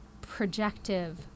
projective